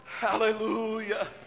hallelujah